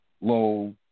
low